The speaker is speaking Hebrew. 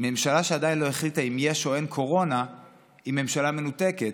ממשלה שעדיין לא החליטה אם יש או אין קורונה היא ממשלה מנותקת.